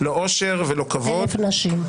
לא אושר ולא כבוד -- 1,000 נשים.